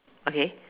okay